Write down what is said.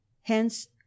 Hence